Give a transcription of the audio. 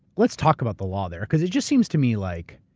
let's talk about the law there, because it just seems to me like.